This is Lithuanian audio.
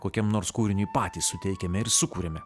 kokiam nors kūriniui patys suteikiame ir sukuriame